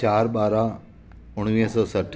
चारि ॿारहं उणिवीह सौ सठि